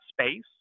space